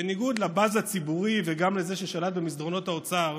לבאז הציבורי, וגם לזה ששלט במסדרונות האוצר,